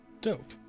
Dope